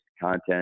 content